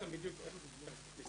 פה